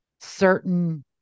certain